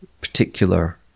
particular